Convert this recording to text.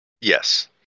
Yes